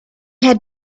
had